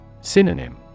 Synonym